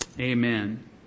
Amen